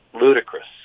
ludicrous